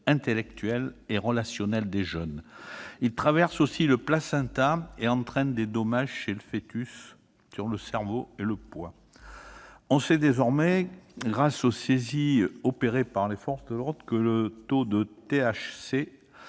intellectuel et relationnel des jeunes. J'ajoute que la substance, traversant le placenta, peut provoquer des dommages chez le foetus, sur le cerveau et le poids. On sait désormais, grâce aux saisies opérées par les forces de l'ordre, que les taux de THC